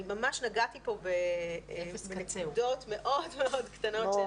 אני ממש נגעתי פה בנקודות מאוד מאוד קטנות של